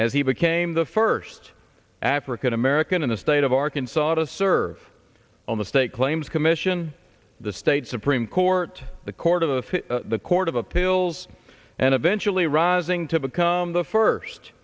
as he became the first african american in the state of arkansas to serve on the state claims commission the state supreme court the court of the the court of appeals and eventually rising to become the first